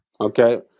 Okay